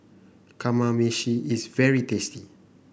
kamameshi is very tasty